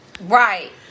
Right